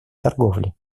торговли